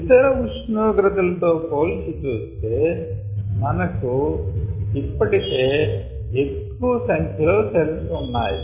ఇతర ఉష్ణోగ్రతలతో పోల్చి చూస్తే మనకు ఇప్పటికే ఎక్కువ సంఖ్య లో సేల్స్ ఉన్నాయి